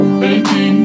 baby